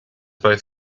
both